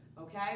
okay